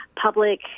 public